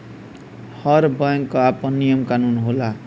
हर bank कअ आपन नियम कानून होला